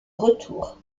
retour